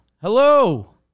hello